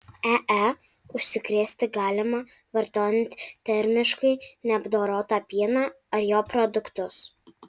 ee užsikrėsti galima vartojant termiškai neapdorotą pieną ar jo produktus